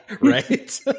Right